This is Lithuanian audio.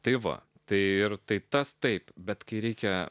tai va tai ir tai tas taip bet kai reikia